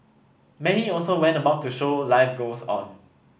many also went about to show life goes on